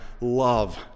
love